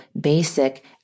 basic